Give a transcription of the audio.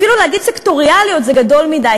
אפילו להגיד סקטוריאליות זה גדול מדי,